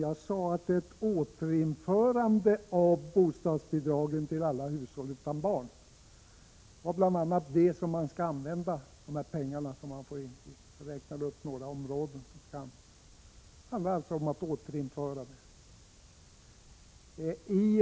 Jag sade att det bl.a. var till ett återinförande av bostadsbidragen till alla hushåll utan barn som pengarna kunde användas, och jag räknade också upp några andra områden. Det handlade alltså om ett återinförande av bostadsbidragen.